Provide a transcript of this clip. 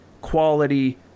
quality